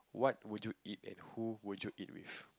what would you eat and who would you eat with